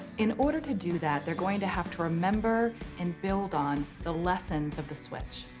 in order to do that, they're going to have to remember and build on the lessons of the switch.